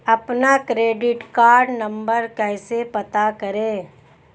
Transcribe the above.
अपना credit card number कैसे पता करें?